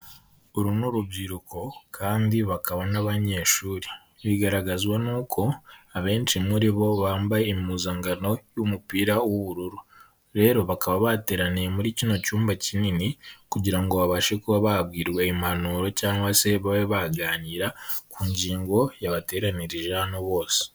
uru ni urubyiruko kandi bakaba n'abanyeshuri, bigaragazwa nuko abenshi muri bo bambaye impuzankano y'umupira w'ubururu, rero bakaba bateraniye muri kino cyumba kinini, kugira ngo babashe kuba babwirwa impanuro cyangwa se babe baganira, ku ngingo yabateranyije hano bose.